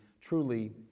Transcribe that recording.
truly